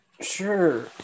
Sure